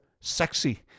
sexy